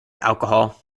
alcohol